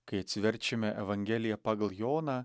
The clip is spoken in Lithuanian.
kai atsiverčiame evangeliją pagal joną